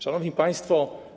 Szanowni Państwo!